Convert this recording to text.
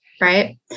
right